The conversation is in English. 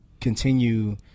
continue